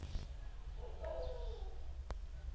ಪರ್ಯಾಯ ಹಣಕಾಸು ಸಂಸ್ಥೆಗಳು ಹೇಗೆ ಕೆಲಸ ಮಾಡುತ್ತವೆ?